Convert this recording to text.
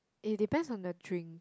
it depends on the drink